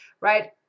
right